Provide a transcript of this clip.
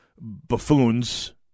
buffoons